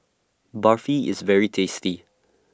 Barfi IS very tasty